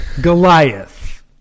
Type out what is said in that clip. goliath